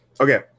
okay